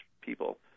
people